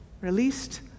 released